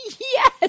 yes